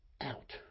out